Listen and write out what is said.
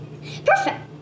Perfect